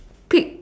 pick